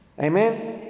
Amen